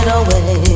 away